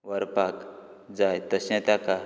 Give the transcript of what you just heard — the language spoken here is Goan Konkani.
व्हरपाक जाय तशें ताका